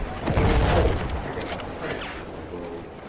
i don't hold with pickin' up tramps in the road,